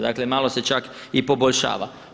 Dakle malo se čak i poboljšava.